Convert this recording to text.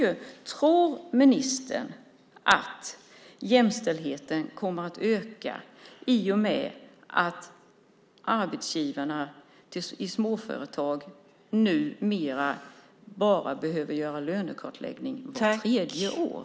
Slutligen: Tror ministern att jämställdheten kommer att öka i och med att arbetsgivarna i småföretag numera behöver göra en lönekartläggning bara vart tredje år?